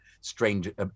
strange